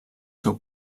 seu